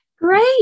Great